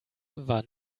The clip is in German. war